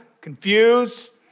confused